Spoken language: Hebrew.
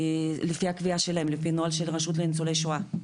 לפי הקביעה שלהם, לפי נוהל של הרשות לניצולי שואה.